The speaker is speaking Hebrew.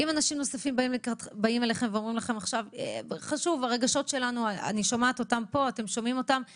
אם אנשים נוספים באים אליכם ואומרים שהרגשות שלהם חשובים מה